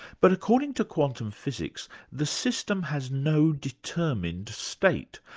but according to quantum physics, the system has no determined state,